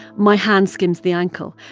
my hand skims the ankle.